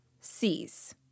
Cs